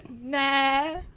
nah